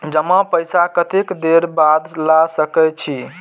जमा पैसा कतेक देर बाद ला सके छी?